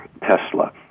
Tesla